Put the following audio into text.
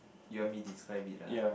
you want me describe it lah